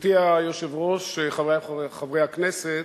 גברתי היושבת-ראש, חברי חברי הכנסת,